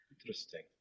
Interesting